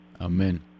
Amen